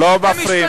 אתה והחברים